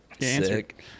sick